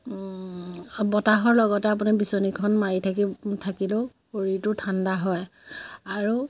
বতাহৰ লগতে আপুনি বিচনীখন মাৰি থাকি থাকিলেও শৰীৰটো ঠাণ্ডা হয় আৰু